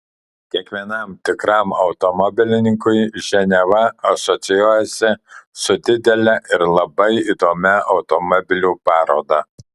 kiekvienam tikram automobilininkui ženeva asocijuojasi su didele ir labai įdomia automobilių paroda